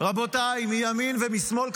רבותיי מימין ומשמאל,